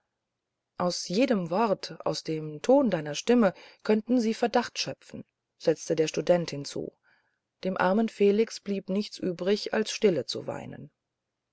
aus jedem wort aus dem ton deiner sprache könnten sie verdacht schöpfen setzte der student hinzu dem armen felix blieb nichts übrig als stille zu weinen